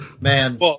Man